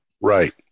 Right